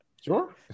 sure